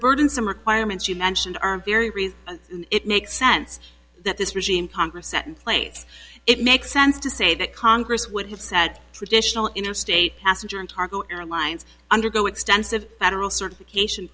burdensome requirements you mentioned are very real and it makes sense that this regime congress set in place it makes sense to say that congress would have said traditional interstate passenger and cargo airlines undergo extensive federal certification